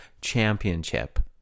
championship